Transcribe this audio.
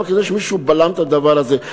אבל כנראה מישהו בלם את הדבר הזה.